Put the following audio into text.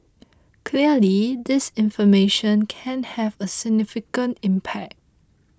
clearly disinformation can have a significant impact